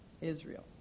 Israel